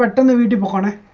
but deliver um on ah